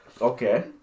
Okay